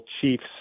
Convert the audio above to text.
Chiefs